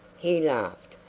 he laughed,